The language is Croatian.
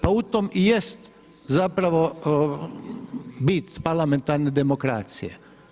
Pa u tome i jest zapravo bit parlamentarne demokracije.